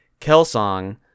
Kelsong